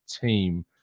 team